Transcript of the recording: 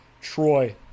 Troy